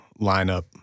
lineup